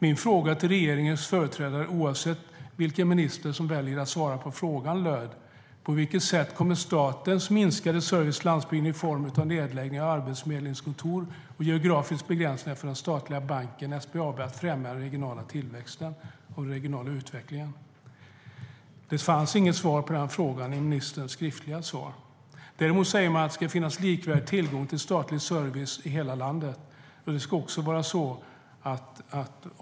Min fråga till regeringens företrädare, oavsett vilken minister som väljer att svara, löd: På vilket sätt kommer statens minskade service på landsbygden i form av nedläggning av arbetsförmedlingskontor och geografiska begränsningar för den statliga banken SBAB att främja den regionala tillväxten och utvecklingen? Det fanns inget svar på den frågan i ministerns skriftliga svar. Däremot säger man att det ska finnas likvärdig tillgång till statlig service i hela landet.